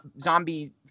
zombie